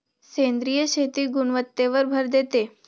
सेंद्रिय शेती गुणवत्तेवर भर देते